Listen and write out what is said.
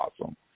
awesome